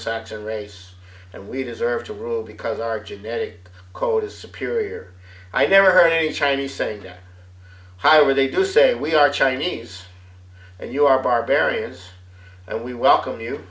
saxon race and we deserve to rule because our genetic code is superior i never heard a chinese say that high where they do say we are chinese and you are barbarians and we welcome you